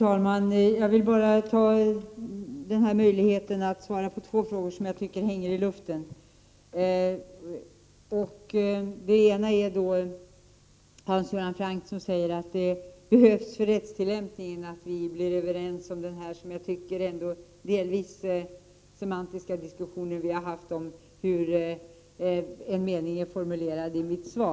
Herr talman! Jag vill bara svara på två frågor som hänger i luften. Den ena frågan ställdes av Hans Göran Franck, som säger att det för rättstillämpningen behövs att vi blir överens i diskussionen — som delvis är semantisk — om hur en mening i mitt svar är formulerad.